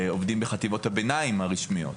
עובדים בחטיבות הביניים הרשמיות.